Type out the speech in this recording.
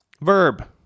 Verb